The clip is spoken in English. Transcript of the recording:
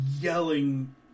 yelling